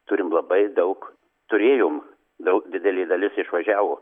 turim labai daug turėjom daug didelė dalis išvažiavo